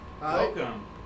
Welcome